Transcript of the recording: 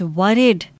worried